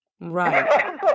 Right